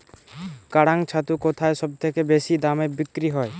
কাড়াং ছাতু কোথায় সবথেকে বেশি দামে বিক্রি হয়?